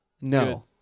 No